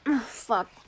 fuck